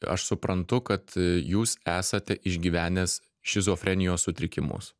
aš suprantu kad jūs esate išgyvenęs šizofrenijos sutrikimus